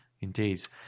indeed